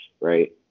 right